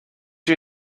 you